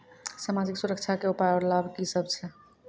समाजिक सुरक्षा के उपाय आर लाभ की सभ छै?